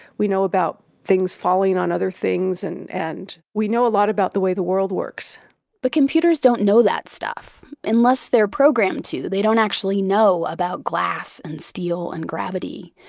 we know about things falling on other things and and we know a lot about the way the world works but computers don't know that stuff. unless they're programmed to, they don't actually know about glass and steel and gravity.